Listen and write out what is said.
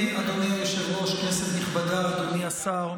אדוני היושב-ראש, כנסת נכבדה, אדוני השר,